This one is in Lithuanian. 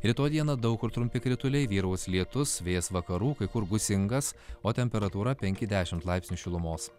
rytoj dieną daug kur trumpi krituliai vyraus lietus vėjas vakarų kai kur gūsingas o temperatūra penki dešimt laipsnių šilumos